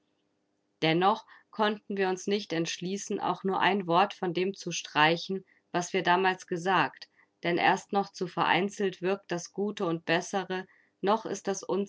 dennoch konnten wir uns nicht entschließen auch nur ein wort von dem zu streichen was wir damals gesagt denn erst noch zu vereinzelt wirkt das gute und bessere noch ist das